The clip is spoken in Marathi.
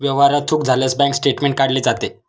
व्यवहारात चूक झाल्यास बँक स्टेटमेंट काढले जाते